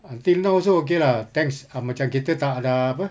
until now also okay lah thanks ah macam kita tak ada apa